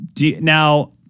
Now